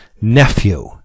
nephew